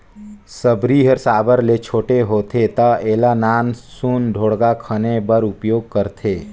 सबरी हर साबर ले छोटे होथे ता एला नान सुन ढोड़गा खने बर उपियोग करथे